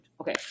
Okay